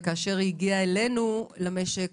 כאשר היא הגיעה אלינו למשק,